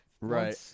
right